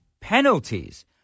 penalties